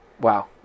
Wow